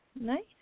Nice